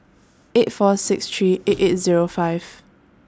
eight four six three eight eight Zero five